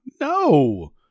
No